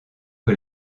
que